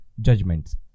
judgments